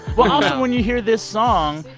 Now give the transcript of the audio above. well, also, when you hear this song,